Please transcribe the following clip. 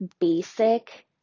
basic